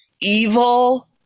evil